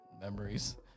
memories